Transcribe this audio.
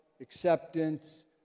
acceptance